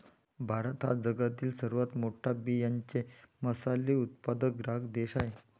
भारत हा जगातील सर्वात मोठा बियांचे मसाले उत्पादक ग्राहक देश आहे